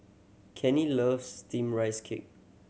Kenny loves Steamed Rice Cake